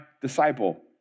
disciple